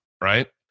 right